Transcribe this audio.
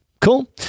cool